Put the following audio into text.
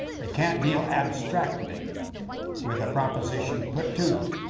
they can't deal abstractly with a proposition put to them.